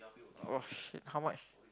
!wah! shit how much